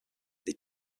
they